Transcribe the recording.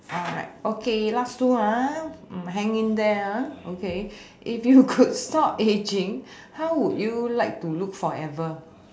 alright okay last two ah mm hang in there ah okay if you could stop aging how would you like to look forever